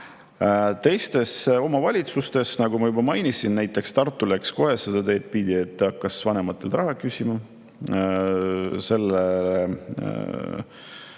teistes omavalitsustes, nagu ma juba mainisin, näiteks Tartus mindi kohe seda teed pidi, et hakati vanematelt raha küsima. Seda